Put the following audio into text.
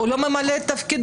הוא לא ממלא את תפקידו.